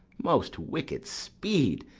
most wicked speed,